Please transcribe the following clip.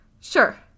sure